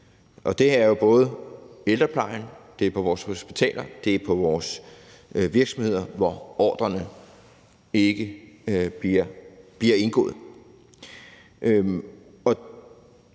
Det er jo både i ældreplejen, på vores hospitaler, i vores virksomheder, hvor aftaler om ordrer ikke bliver indgået.